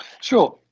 Sure